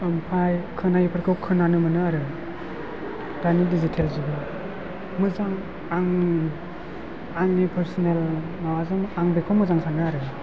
ओमफ्राय खोनायैफोरखौ खोनानो मोनो आरो दानि दिजितेल जुगाव मोजां आं आंनि फारसिनेल माबाजों आं बेखौ मोजां सानो आरो